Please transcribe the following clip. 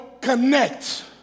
connect